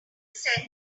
said